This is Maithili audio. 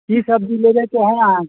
की सब्जी लेबैके है अहाँके